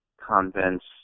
convents